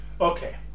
okay